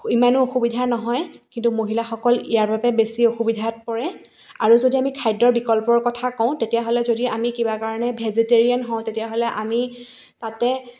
ইমানো অসুবিধা নহয় কিন্তু মহিলাসকল ইয়াৰ বাবে বেছি অসুবিধাত পৰে আৰু যদি আমি খাদ্যৰ বিকল্পৰ কথা কওঁ তেতিয়াহ'লে যদি আমি কিবা কাৰণে ভেজিটেৰিয়ান হওঁ তেতিয়াহ'লে আমি তাতে